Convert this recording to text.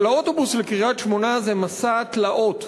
אבל הנסיעה באוטובוס לקריית-שמונה היא מסע תלאות.